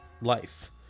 life